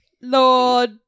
Lord